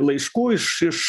laiškų iš iš